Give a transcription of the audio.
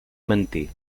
mentir